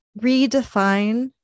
redefine